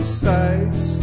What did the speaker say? sights